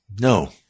No